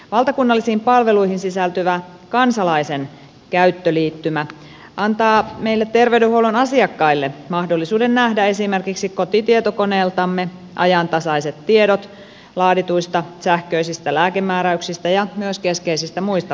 valtakunnallisiin palveluihin sisältyvä kansalaisen käyttöliittymä antaa meille terveydenhuollon asiakkaille mahdollisuuden nähdä esimerkiksi kotitietokoneeltamme ajantasaiset tiedot laadituista sähköisistä lääkemääräyksistä ja myös keskeisistä muista potilastiedoista